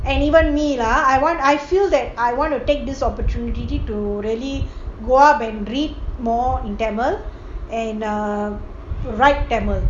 and even me lah want I feel that I want to take this opportunity to really go and read more in tamil and err write tamil